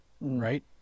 right